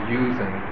using